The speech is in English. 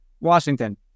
Washington